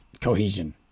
cohesion